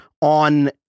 on